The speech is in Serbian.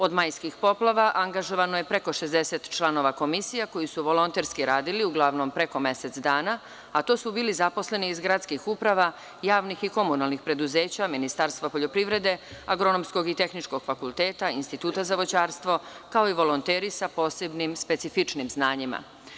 Od majskih poplava angažovano je preko 60 članova komisija koji su volonterski radili, uglavnom preko mesec dana, a to su bili zaposleni iz gradskih uprava, javnih i komunalnih preduzeća, Ministarstva poljoprivrede, Agronomskog i tehničkog fakulteta, Instituta za voćarstvo, kao i volonteri sa posebnim specifičnim znanjima.